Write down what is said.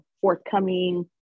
forthcoming